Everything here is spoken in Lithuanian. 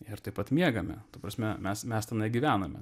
ir taip pat miegame ta prasme mes mes tenai gyvename